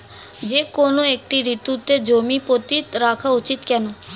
যেকোনো একটি ঋতুতে জমি পতিত রাখা উচিৎ কেন?